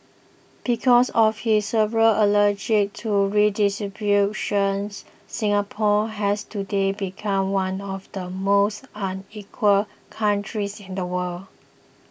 because of his several allergy to redistribution's Singapore has today become one of the most unequal countries in the world